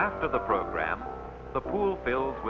after the program the pool fill